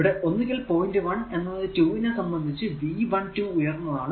ഇവിടെ ഒന്നുകിൽ പോയിന്റ് 1 എന്നത് 2 നെ സംബന്ധിച്ച് V12 ഉയർന്നതാണ്